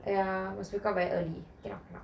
ya must wake up very early cannot cannot